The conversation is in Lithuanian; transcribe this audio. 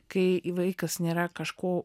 kai vaikas nėra kažko